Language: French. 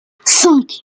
cinq